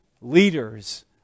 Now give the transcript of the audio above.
leaders